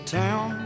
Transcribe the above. town